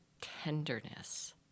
tenderness